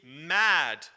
mad